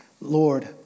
Lord